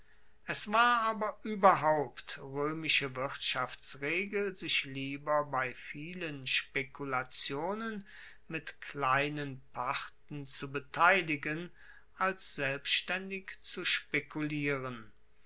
es war aber ueberhaupt roemische wirtschaftsregel sich lieber bei vielen spekulationen mit kleinen parten zu beteiligen als selbstaendig zu spekulieren